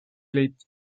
lead